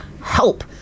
Help